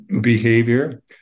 behavior